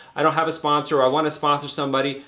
i have a sponsor. or i want to sponsor somebody.